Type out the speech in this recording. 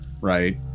right